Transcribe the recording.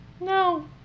no